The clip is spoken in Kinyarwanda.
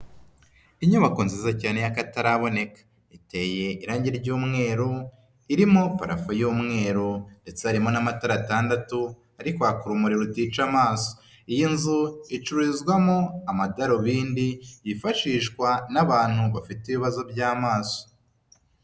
Inyubako nziza cyane y'akataraboneka, iteye irangi ry'umweru, irimo parafu y'umweru, ndetse harimo n'amatara atandatu ari kwaka urumuri rutica amaso. Iyo nzu icururizwamo amadarubindi yifashishwa n'abantu bafite ibibazo by'amaso.